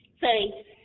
say